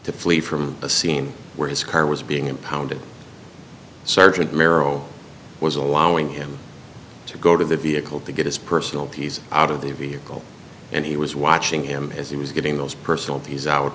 to flee from the scene where his car was being impounded sergeant marrow was allowing him to go to the vehicle to get his personal tease out of the vehicle and he was watching him as he was getting those personal these out